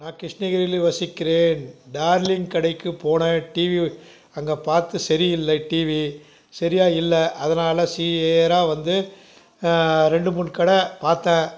நான் கிருஷ்ணகிரியில் வசிக்கிறேன் டார்லிங் கடைக்கு போன டிவி அங்கே பார்த்து சரியில்லை டிவி சரியாக இல்லை அதனால சீராக வந்து ரெண்டு மூணு கடை பார்த்தேன்